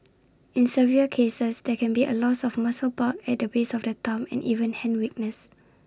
in severe cases there can be A loss of muscle bulk at the base of the thumb and even hand weakness